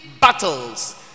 battles